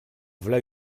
v’là